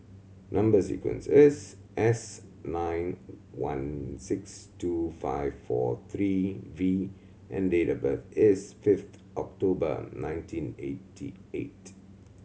number sequence is S nine one six two five four three V and date of birth is fifth October nineteen eighty eight